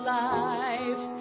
life